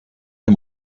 dem